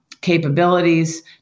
capabilities